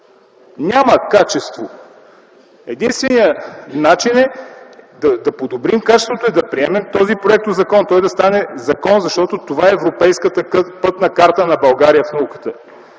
Няма качество! Единственият начин да подобрим качеството е да приемем този проектозакон и той да стане закон, защото това е европейската пътна карта на България в науката.